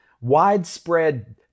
widespread